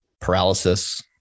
paralysis